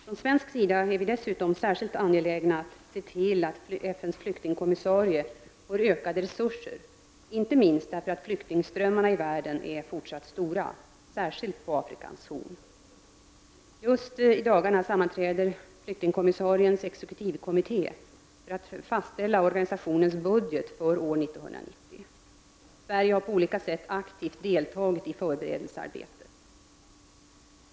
Från svensk sida är vi dessutom särskilt angelägna att se till att FNs flyktingkommissarie får ökade resurser, inte minst därför att flyktingströmmarna i världen är fortsatt stora, särskilt på Afrikas Horn. Just i dagarna sammanträder flyktingkommissariens exekutivkommitté för att fastställa or ganisationens budget för år 1990. Sverige har på olika sätt aktivt deltagit i förberedelsearbetet.